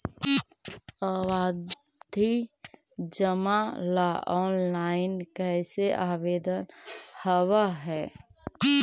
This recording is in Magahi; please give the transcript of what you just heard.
आवधि जमा ला ऑनलाइन कैसे आवेदन हावअ हई